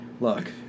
look